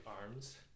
arms